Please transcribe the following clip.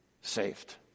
saved